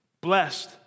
blessed